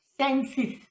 senses